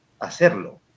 hacerlo